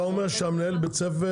אתה אומר שמנהל בית הספר